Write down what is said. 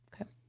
Okay